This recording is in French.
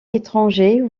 étrangers